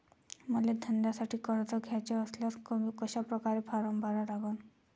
मले धंद्यासाठी कर्ज घ्याचे असल्यास कशा परकारे फारम भरा लागन?